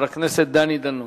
חבר הכנסת דני דנון.